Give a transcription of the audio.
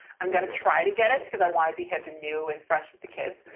i'm going to try to get it because i want to be hip and new and fresh with the kids.